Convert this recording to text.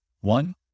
One